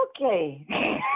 Okay